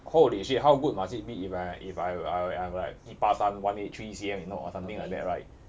holy shit how good must it be if I if I I I'm like 一八三 one eight three C_M you know or something like that right